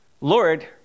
Lord